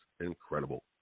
incredible